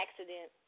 accident